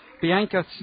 Bianca